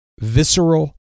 visceral